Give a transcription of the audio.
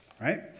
right